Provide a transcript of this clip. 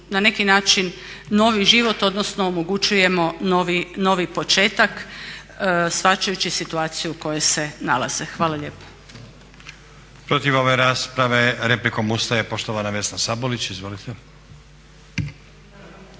na neki način novi život, odnosno omogućujemo novi početak shvaćajući situaciju u kojoj se nalaze. Hvala lijepo.